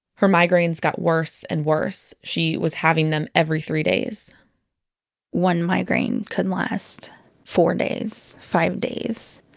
her migraines got worse and worse. she was having them every three days one migraine could last four days, five days.